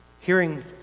hearing